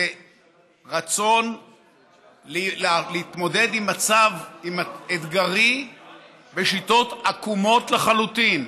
זה רצון להתמודד עם מצב אתגרי בשיטות עקומות לחלוטין,